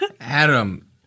Adam